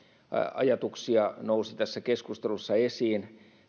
ajatuksia nousivat tässä keskustelussa esiin